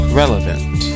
relevant